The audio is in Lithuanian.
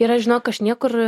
ir aš žinok aš niekur